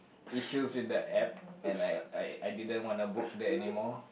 issues with the App and I I I didn't want to book there anymore